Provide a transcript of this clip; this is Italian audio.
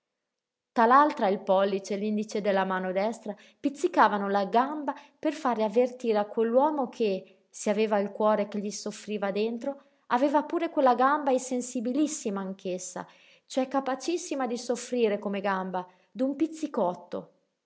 tutti tal'altra il pollice e l'indice della mano destra pizzicavano la gamba per fare avvertire a quell'uomo che se aveva il cuore che gli soffriva dentro aveva pure quella gamba e sensibilissima anch'essa cioè capacissima di soffrire come gamba d'un pizzicotto